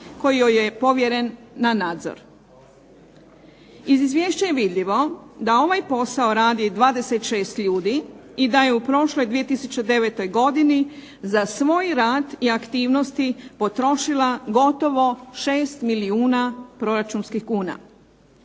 koji joj je povjeren na nadzor. Iz Izvješća je vidljivo da ovaj posao radi 26 ljudi i da je u prošloj 2009. godini za svoj rad i aktivnosti potrošila gotovo 6 milijuna proračunskih kuna.